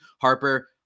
Harper